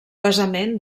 basament